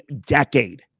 decade